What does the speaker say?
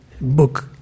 book